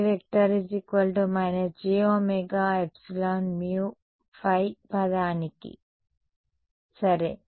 A − jωεμϕ పదానికి సరే